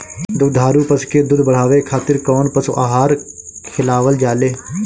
दुग्धारू पशु के दुध बढ़ावे खातिर कौन पशु आहार खिलावल जाले?